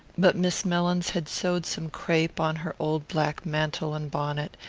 but miss mellins had sewed some crape on her old black mantle and bonnet,